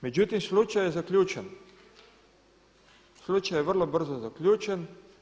Međutim, slučaj je zaključen, slučaj je vrlo brzo zaključen.